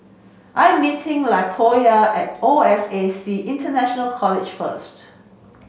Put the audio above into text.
I'm meeting Latoyia at O S A C International College first